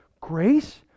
Grace